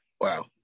Wow